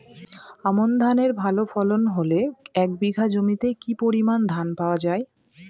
আমন ধানের ভালো ফলন হলে এক বিঘা জমিতে কি পরিমান ধান পাওয়া যায়?